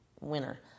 winner